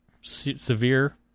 severe